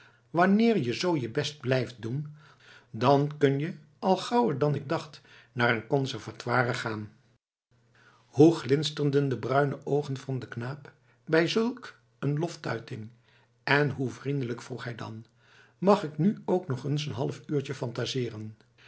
wanneer je z je best blijft doen dan kun je al gauwer dan ik dacht naar een conservatoire gaan hoe glinsterden de bruine oogen van den knaap bij zulk een loftuiting en hoe vriendelijk vroeg hij dan mag ik nu ook nog eens een half uurtje